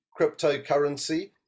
cryptocurrency